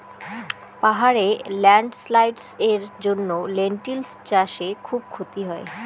পাহাড়ে ল্যান্ডস্লাইডস্ এর জন্য লেনটিল্স চাষে খুব ক্ষতি হয়